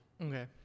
okay